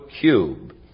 cube